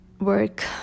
work